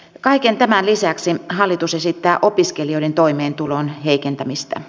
kaiken tämän lisäksi hallitus esittää opiskelijoiden toimeentulon heikentämistä